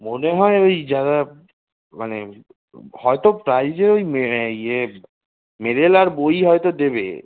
মনে হয় ওই যারা মানে হয়তো প্রাইজে ওই মে ইয়ে মেডেল আর বই হয়তো দেবে